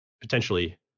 potentially